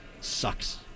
Sucks